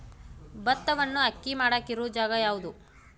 ಭತ್ತವನ್ನು ಅಕ್ಕಿ ಮಾಡಾಕ ಇರು ಜಾಗ ಯಾವುದು?